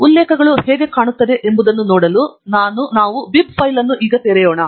ಉಲ್ಲೇಖಗಳು ಹೇಗೆ ಕಾಣುತ್ತದೆ ಎಂಬುದನ್ನು ನೋಡಲು ನಾವು ಬಿಬ್ ಫೈಲ್ ಅನ್ನು ತೆರೆಯೋಣ